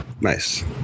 Nice